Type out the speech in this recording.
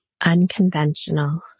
unconventional